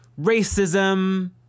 racism